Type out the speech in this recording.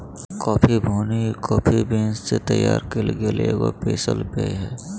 coffee भुनी हुई coffee beans से तैयार कइल गेल एगो पीसल पेय हइ